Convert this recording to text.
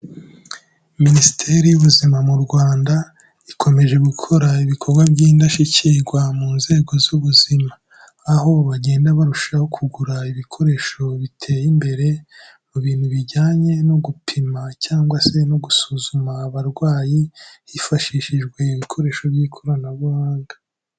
Minisiteri y'Ubuzima mu Rwanda ikomeje gukora ibikorwa by'indashyikirwa mu nzego z'ubuzima, aho bagenda barushaho kugura ibikoresho biteye imbere mu bintu bijyanye no gupima cyangwa se no gusuzuma abarwayi, hifashishijwe ibikoresho by'ikoranabuhanga.